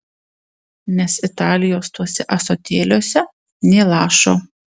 nes italijos tuose ąsotėliuose nė lašo